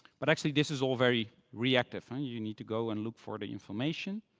but actually, this is all very reactive. and you need to go and look for the information.